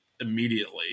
immediately